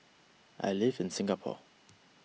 I live in Singapore